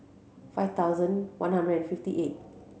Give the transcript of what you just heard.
five thousand one hundred and fifty eight